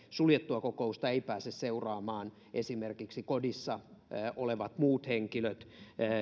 suljettua kokousta eivät pääse seuraamaan esimerkiksi kodissa olevat muut henkilöt